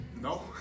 No